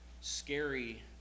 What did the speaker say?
scary